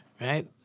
right